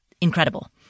incredible